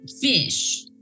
fish